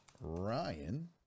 Ryan